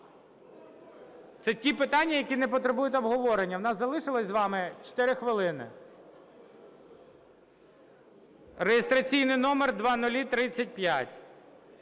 Це ті питання, які не потребують обговорення. У нас залишилось з вами 4 хвилини. Реєстраційний номер 0035.